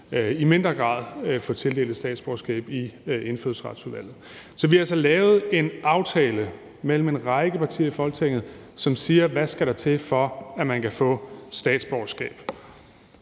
i mindre grad få tildelt et statsborgerskab i Indfødsretsudvalget. Så vi har altså lavet en aftale mellem en række partier i Folketinget, som siger: Hvad skal der til, for at man kan få statsborgerskab?